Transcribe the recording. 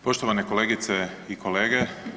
Poštovane kolegice i kolege.